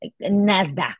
Nada